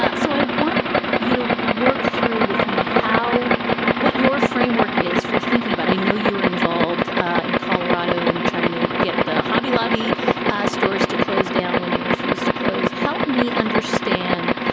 ah so i want you to work through with me how what your framework is for thinking about. i know you were involved in colorado in trying to get the hobby lobby ah stores to close down when they refused to close. help me understand.